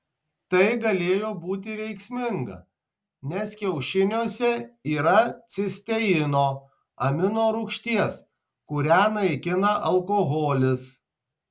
tai galėjo būti veiksminga nes kiaušiniuose yra cisteino amino rūgšties kurią naikina alkoholis